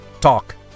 talk